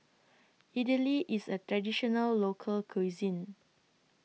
Idili IS A Traditional Local Cuisine